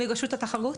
מרשות התחרות.